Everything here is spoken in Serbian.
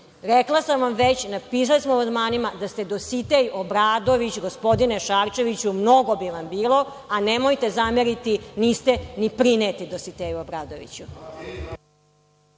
sam već, napisali smo amandmanima da ste Dositej Obradović, gospodine Šarčeviću, mnogo bi vam bilo, a nemojte zameriti niste ni prineti Dositeju Obradoviću.